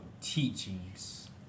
teachings